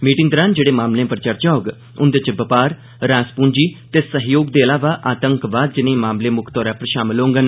meeting दरान जेहड़े मामलें पर चर्चा होग उंदे च बपार रास पूंजी ते सैह्योग दे इलावा आतंकवाद जनेह मामले मुक्ख तौरा पर षामल होंगन